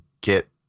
get